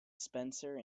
spencer